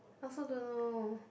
also don't know